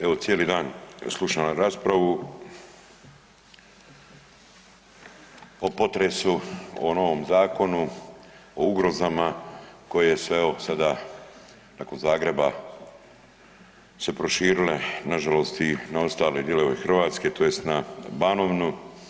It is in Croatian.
Evo cijeli dan slušam raspravu o potresu, o novom zakonu, o ugrozama koje se evo sada nakon Zagreba se proširile na žalost i na ostale dijelove Hrvatske, tj. na Banovinu.